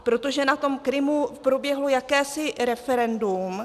Protože na tom Krymu proběhlo jakési referendum.